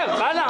בסדר, הלאה.